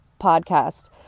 podcast